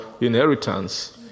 inheritance